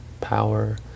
power